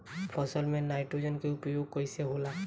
फसल में नाइट्रोजन के उपयोग कइसे होला?